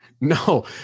No